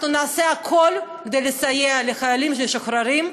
אנחנו נעשה הכול כדי לסייע לחיילים משוחררים,